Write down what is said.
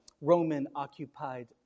Roman-occupied